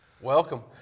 Welcome